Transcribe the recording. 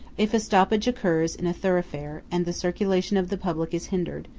if a stoppage occurs in a thoroughfare, and the circulation of the public is hindered,